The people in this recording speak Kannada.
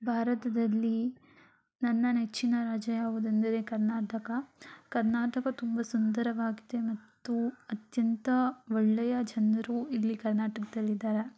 ಭಾರತದಲ್ಲಿ ನನ್ನ ನೆಚ್ಚಿನ ರಾಜ್ಯ ಯಾವುದಂದರೆ ಕರ್ನಾಟಕ ಕರ್ನಾಟಕ ತುಂಬ ಸುಂದರವಾಗಿದೆ ಮತ್ತು ಅತ್ಯಂತ ಒಳ್ಳೆಯ ಜನರು ಇಲ್ಲಿ ಕರ್ನಾಟಕದಲ್ಲಿ ಇದ್ದಾರೆ